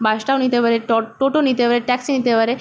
বাসটাও নিতে পারে টোটো নিতে পারে ট্যাক্সি নিতে পারে